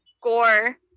gore